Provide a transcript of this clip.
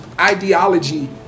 Ideology